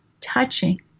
touching